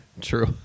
True